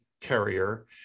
carrier